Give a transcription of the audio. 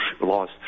laws